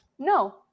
No